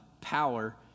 power